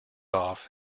off